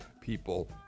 people